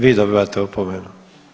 Vi dobivate opomenu.